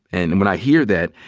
and when i hear that,